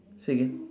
say again